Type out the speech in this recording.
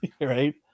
right